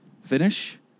Finish